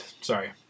Sorry